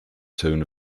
town